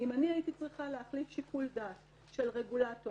אם הייתי צריכה להחליף שיקול דעת של רגולטור